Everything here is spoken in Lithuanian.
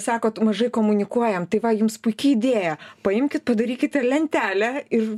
sakot mažai komunikuojam tai va jums puiki idėja paimkit padarykite lentelę ir